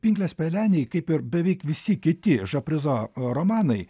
pinklės pelenei kaip ir beveik visi kiti žaprizo romanai